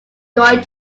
going